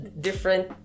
different